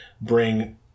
bring